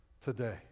today